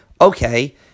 Okay